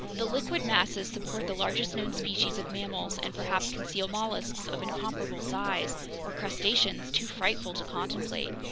the liquid masses support the largest known species of mammals and perhaps conceal mollusks of incomparable size or crustaceans too frightful to contemplate,